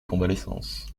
convalescence